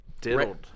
diddled